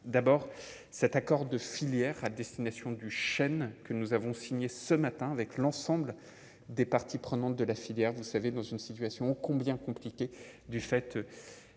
d'abord cet accord de filières à destination du chêne, que nous avons signé ce matin avec l'ensemble des parties prenantes de la filière, vous savez, dans une situation combien compliqué du fait